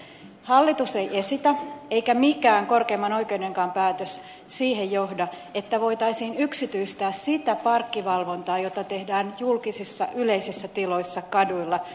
hallitus ei esitä eikä mikään korkeimman oikeudenkaan päätös siihen johda että voitaisiin yksityistää sitä parkkivalvontaa jota tehdään julkisissa yleisissä tiloissa kaduilla parkkipaikoilla